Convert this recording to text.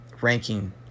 ranking –